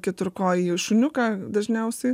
keturkojį šuniuką dažniausiai